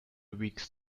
weeks